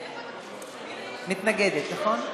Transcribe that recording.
נכון?